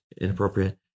inappropriate